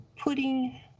putting